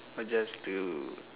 but just to